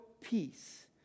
peace